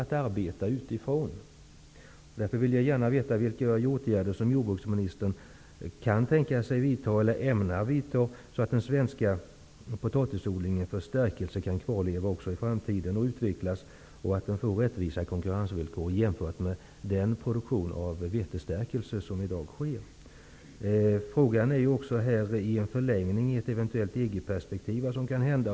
Jag vill därför gärna veta vilka åtgärder som jordbruksministern kan tänka sig vidta eller ämnar vidta så att den svenska potatisodlingen för stärkelse kan kvarleva också i framtiden och utvecklas, och att den får rättvisa konkurrensvillkor jämfört med den produktion av vetestärkelse som i dag sker. Frågan är också vad som kan hända i ett eventuellt EG-perspektiv.